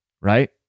right